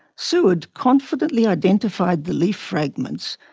seward confidently identified the leaf fragments,